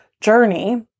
journey